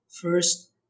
first